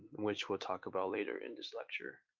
which we'll talk about later in this lecture.